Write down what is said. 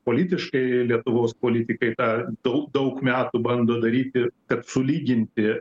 politiškai lietuvos politikai tą daug daug metų bando daryti kad sulyginti